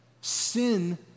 Sin